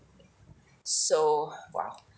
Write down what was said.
so !wow!